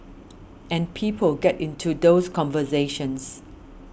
and people get into those conversations